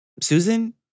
Susan